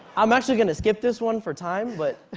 i'm actually going to skip this one for time but